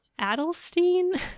Adelstein